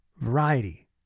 variety